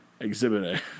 exhibit